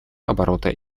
оборота